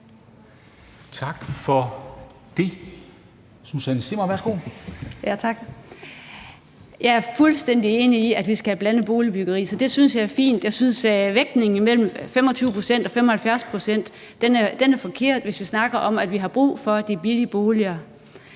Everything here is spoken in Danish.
Jeg er fuldstændig enig i, at vi skal have blandet boligbyggeri, så det synes jeg er fint. Jeg synes, at vægtningen imellem boligformerne – altså 25 pct. og 75 pct. – er forkert, hvis vi snakker om, at vi har brug for de billige boliger.